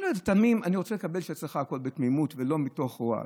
אני רוצה לקבל שאצלך הכול בתמימות ולא מתוך רוע.